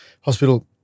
hospital